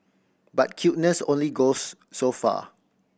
but cuteness only goes so far